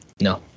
No